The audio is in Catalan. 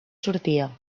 sortia